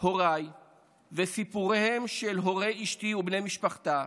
הוריי וסיפוריהם של הורי אשתי ובני משפחתה,